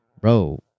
bro